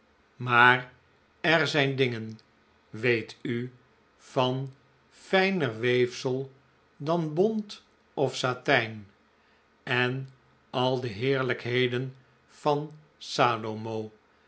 maar er zijn dingen weet u van fijner weefsel dan bont of satijn en al de heerlijkheden van salomo